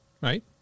right